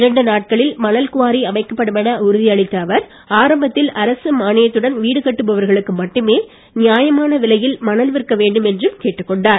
இரண்டு நாட்களில் மணல் குவாரி அமைக்கப்படும் என உறுதியளித்த அவர் ஆரம்பத்தில் அரசு மானியத்துடன் வீடுகட்டுபவர்களுக்கு மட்டுமே நியாயமான விலையில் மணல் விற்க வேண்டும் என்றும் கேட்க்கொண்டார்